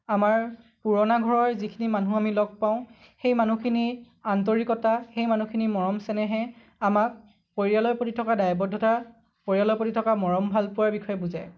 আমাৰ পুৰণা ঘৰৰ যিখিনি মানুহ আমি লগ পাওঁ সেই মানুহখিনিৰ আন্তৰিকতা সেই মানুহখিনিৰ মৰম চেনেহে আমাক পৰিয়ালৰ প্ৰতি থকা দায়বদ্ধতা পৰিয়ালৰ প্ৰতি থকা মৰম ভাল পোৱাৰ বিষয়ে বুজায়